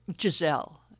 Giselle